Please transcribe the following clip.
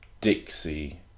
Dixie